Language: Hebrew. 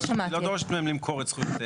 היא לא דורשת מהם למכור את זכויותיהם.